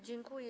Dziękuję.